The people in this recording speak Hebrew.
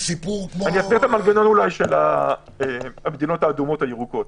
אסביר את המנגנון של המדינות האדומות הירוקות.